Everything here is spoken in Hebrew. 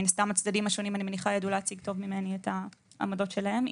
אני מניחה שהצדדים השונים ידעו להציג טוב ממני את העמדות שלהם.